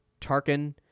Tarkin